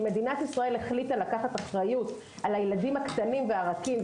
אם מדינת ישראל החליטה לקחת אחריות על הילדים הקטנים והרכים,